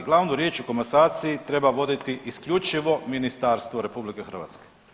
Glavnu riječ o komasaciji treba voditi isključivo ministarstvo RH.